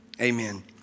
amen